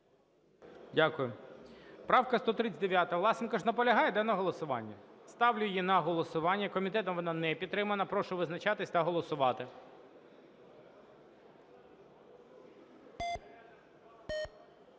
Дякую. Правку 139… Власенко ж наполягає, да, на голосуванні? Ставлю її на голосування, комітетом вона не підтримана. Прошу визначатись та голосувати.